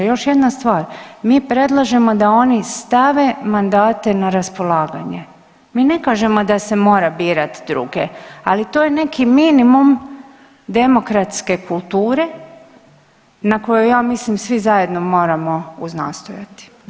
Još jedna stvar, mi predlažemo da oni stave mandate na raspolaganje, mi ne kažemo da se mora birat druge, ali to je neki minimum demokratske kulture na kojoj ja mislim svi zajedno moramo uznastojati.